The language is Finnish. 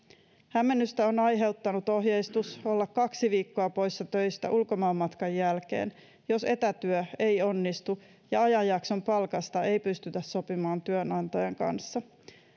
hämmennystä on aiheuttanut ohjeistus olla kaksi viikkoa poissa töistä ulkomaanmatkan jälkeen jos etätyö ei onnistu ja ajanjakson palkasta ei pystytä sopimaan työnantajan kanssa